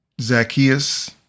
Zacchaeus